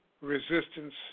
resistance